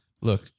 Look